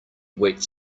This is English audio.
wet